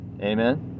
amen